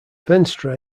venstre